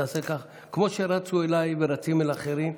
כמו שרצו אליי ורצים אל אחרים,